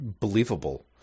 believable